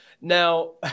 Now